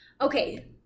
okay